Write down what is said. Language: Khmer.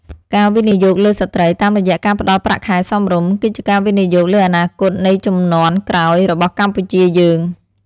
ការវិនិយោគលើស្ត្រីតាមរយៈការផ្តល់ប្រាក់ខែសមរម្យ គឺជាការវិនិយោគលើអនាគតនៃជំនាន់ក្រោយរបស់កម្ពុជាយើង។